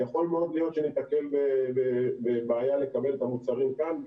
יכול מאוד להיות שניתקל בבעיה לקבל את המוצרים כאן,